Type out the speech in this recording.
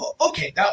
Okay